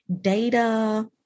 Data